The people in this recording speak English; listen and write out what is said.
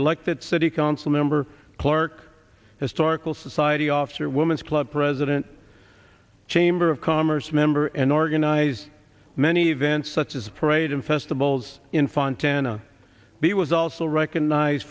elected city council member clerk historical society officer woman's club president chamber of commerce member and organized many events such as parade and festivals in fountain a b was also recognized